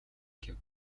гэв